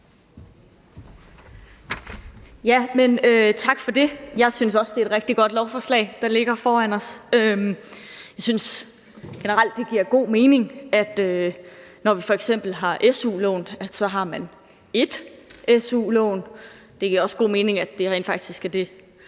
Tak for det. Jeg synes også, det er et rigtig godt lovforslag, der ligger foran os. Jeg synes generelt, det giver god mening, f.eks. når det handler om su-lån, at man så har ét su-lån. Det giver også god mening, at det rent faktisk er det,